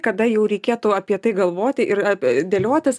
kada jau reikėtų apie tai galvoti ir ap dėliotis